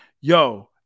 Yo